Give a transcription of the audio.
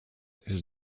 his